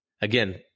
Again